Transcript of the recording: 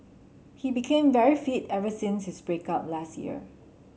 he became very fit ever since his break up last year